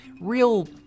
real